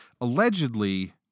Allegedly